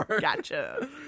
Gotcha